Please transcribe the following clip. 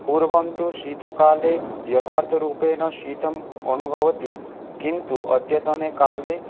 पूर्वं तु शीतकाले यथार्थरूपेण शीतम् अनुभवति किन्तु अद्यतने काले